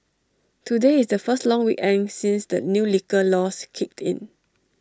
today is the first long weekend since the new liquor laws kicked in